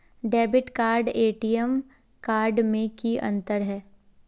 Debit card आर ATM card में की अंतर है?